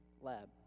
lab